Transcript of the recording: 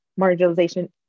marginalization